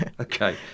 okay